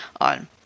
on